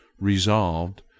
resolved